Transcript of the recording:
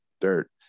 dirt